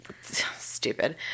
stupid